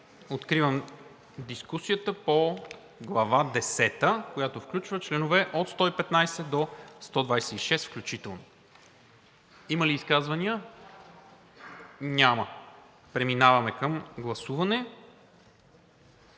Откривам дискусията по Глава 10, която включва членове от 115 до 126 включително. Има ли изказвания? Няма. Преминаваме към гласуване.